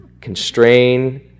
Constrain